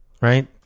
right